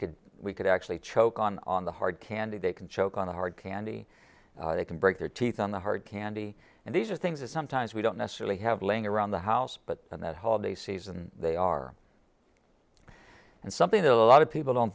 could we could actually choke on on the hard candy they can choke on a hard candy they can break their teeth on the hard candy and these are things that sometimes we don't necessarily have laying around the house but in that holiday season they are and something that a lot of people don't